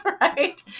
right